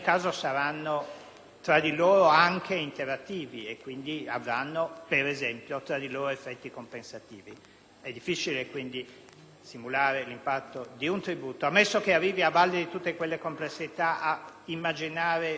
caso saranno interattivi e avranno tra di loro effetti compensativi. È difficile quindi simulare l'impatto di un tributo. Ammesso che si arrivi, a valle di tutte quelle complessità, ad immaginare un decreto,